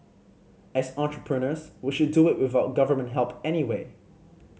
as entrepreneurs we should do it without Government help anyway